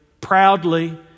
proudly